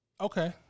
Okay